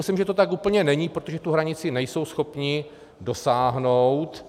Myslím, že to tak úplně není, protože tu hranici nejsou schopni dosáhnout.